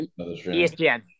ESPN